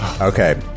Okay